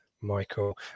Michael